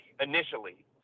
initially